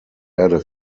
erde